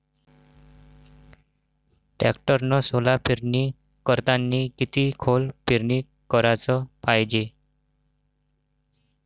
टॅक्टरनं सोला पेरनी करतांनी किती खोल पेरनी कराच पायजे?